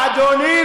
אדוני,